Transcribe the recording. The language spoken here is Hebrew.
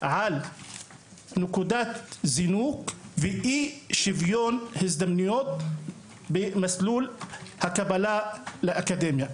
על נקודת הזינוק ואת אי שוויון ההזדמנויות במסלול הקבלה לאקדמיה.